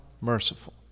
merciful